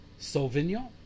Sauvignon